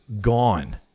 Gone